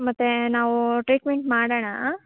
ಮತ್ತು ನಾವು ಟ್ರೀಟ್ಮೆಂಟ್ ಮಾಡೋಣಾ